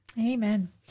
Amen